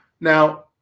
Now